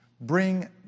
Bring